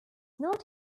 not